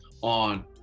on